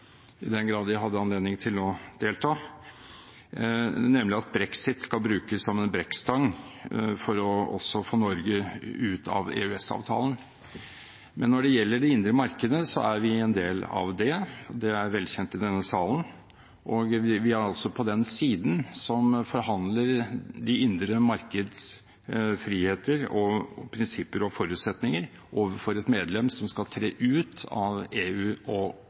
i den grad de hadde anledning til å delta – nemlig at brexit skal brukes som en brekkstang for å få Norge ut av EØS-avtalen. Når det gjelder det indre marked, er vi en del av det. Det er velkjent i denne salen. Vi er altså på den siden som forhandler det indre markeds friheter, prinsipper og forutsetninger overfor et medlem som skal tre ut av EU og